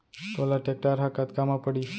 तोला टेक्टर ह कतका म पड़िस?